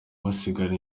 basigara